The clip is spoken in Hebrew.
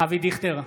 אבי דיכטר,